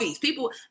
people